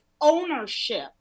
ownership